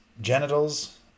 genitals